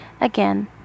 Again